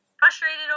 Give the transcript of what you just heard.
Frustrated